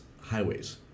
highways